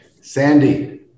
Sandy